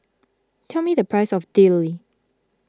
tell me the price of Dili